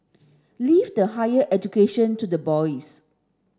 leave the higher education to the boys